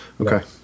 okay